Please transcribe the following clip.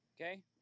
Okay